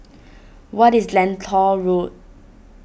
what is Lentor Road